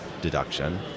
deduction